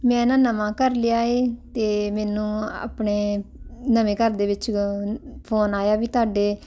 ਮੈਂ ਨਾ ਨਵਾਂ ਘਰ ਲਿਆ ਏ ਤੇ ਮੈਨੂੰ ਆਪਣੇ ਨਵੇਂ ਘਰ ਦੇ ਵਿੱਚ ਫੋਨ ਆਇਆ ਵੀ ਤੁਹਾਡੇ